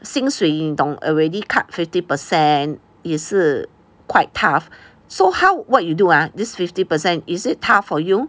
薪水你懂 already cut fifty percent 也是 quite tough so how what you do ah this fifty percent is it tough for you